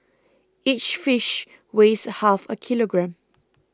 each fish weighs half a kilogram